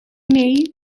mee